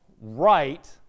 right